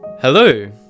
Hello